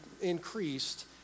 increased